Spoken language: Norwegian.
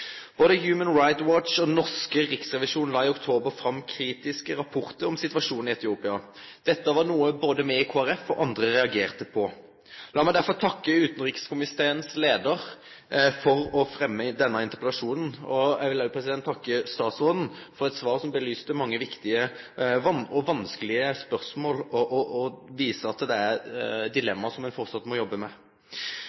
Både Human Rights Watch og Riksrevisjonen la i oktober fram kritiske rapportar om situasjonen i Etiopia. Dette var noko både me i Kristeleg Folkeparti og andre reagerte på. Lat meg derfor takke utanrikskomiteens leiar for at ho har fremma denne interpellasjonen. Eg vil også takke statsråden for eit svar som belyste mange viktige og vanskelege spørsmål. Dette viser at det er